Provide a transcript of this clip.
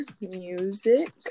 music